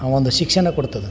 ಆ ಒಂದು ಶಿಕ್ಷಣ ಕೊಡ್ತದೆ